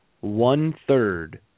one-third